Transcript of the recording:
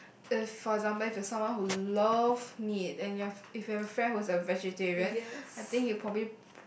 if for example if you are someone who love meat and your if you have a friend who's a vegetarian I think you'll probably